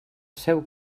seu